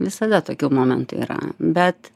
visada tokių momentų yra bet